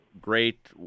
great